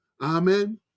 Amen